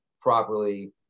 properly